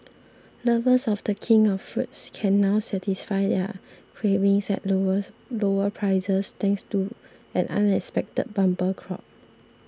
lovers of the king of fruits can now satisfy their cravings at lower lower prices thanks to an unexpected bumper crop